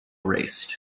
erased